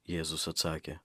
jėzus atsakė